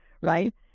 right